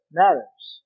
matters